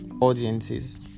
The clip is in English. audiences